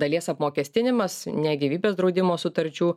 dalies apmokestinimas ne gyvybės draudimo sutarčių